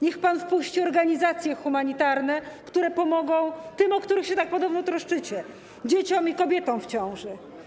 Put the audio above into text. Niech pan wpuści organizacje humanitarne, które pomogą tym, o których się podobno tak troszczycie, dzieciom i kobietom w ciąży.